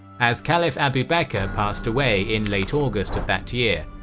as caliph abu bakr passed away in late august of that year,